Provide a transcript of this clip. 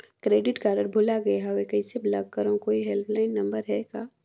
Credit card भुला गे हववं कइसे ब्लाक करव? कोई हेल्पलाइन नंबर हे का?